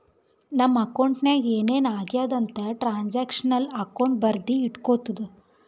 ನಮ್ ಅಕೌಂಟ್ ನಾಗ್ ಏನ್ ಏನ್ ಆಗ್ಯಾದ ಅಂತ್ ಟ್ರಾನ್ಸ್ಅಕ್ಷನಲ್ ಅಕೌಂಟ್ ಬರ್ದಿ ಇಟ್ಗೋತುದ